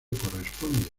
corresponde